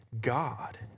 God